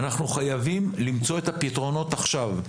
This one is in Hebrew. אנחנו חייבים למצוא את הפתרונות עכשיו,